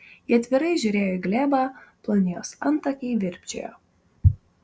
ji atvirai žiūrėjo į glėbą ploni jos antakiai virpčiojo